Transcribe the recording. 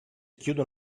chiude